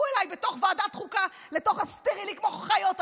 עליי בתוך ועדת החוקה כמו חיות אדם.